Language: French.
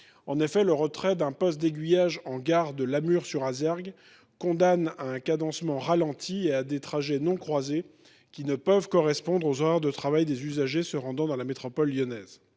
ligne. Le retrait d’un poste d’aiguillage en gare de Lamure sur Azergues condamne à un cadencement ralenti et à des trajets non croisés qui ne peuvent correspondre aux horaires de travail des usagers se rendant dans la métropole lyonnaise.